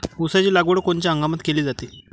ऊसाची लागवड कोनच्या हंगामात केली जाते?